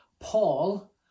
Paul